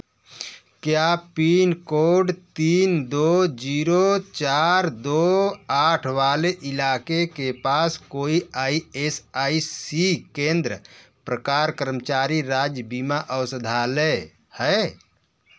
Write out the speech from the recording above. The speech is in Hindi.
क्या पिन कोड तीन दो जीरो चार दो आठ वाले इलाके के पास कोई आई एस आई सी केंद्र प्रकार कर्मचारी राज्य बीमा औषधालय है